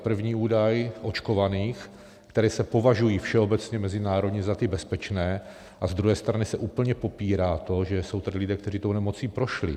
První údaj očkovaných, kteří se považují všeobecně mezinárodně za ty bezpečné, a z druhé strany se úplně popírá to, že jsou tady lidé, kteří tou nemocí prošli.